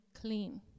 clean